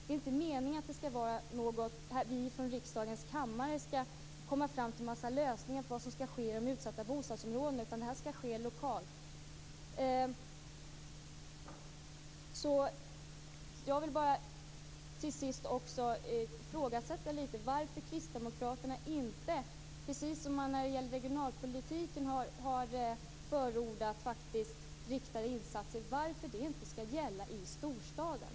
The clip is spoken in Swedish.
Det är inte meningen att vi i riksdagens kammare skall komma fram till en mängd lösningar på vad som skall ske i utsatta bostadsområden. Det här skall i stället ske lokalt. Till sist vill jag lite grann ifrågasätta varför kristdemokraterna - när det gäller regionalpolitiken har man ju förordat riktade insatser - inte menar att det skall gälla i storstaden.